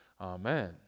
Amen